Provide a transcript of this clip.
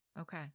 Okay